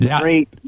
Great